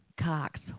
Cox